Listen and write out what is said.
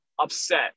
upset